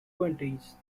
twenties